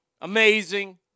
Amazing